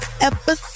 episode